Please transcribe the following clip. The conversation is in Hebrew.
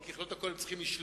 כי ככלות הכול הם צריכים לשלוט,